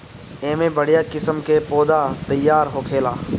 एमे बढ़िया किस्म के पौधा तईयार होखेला